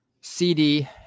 cd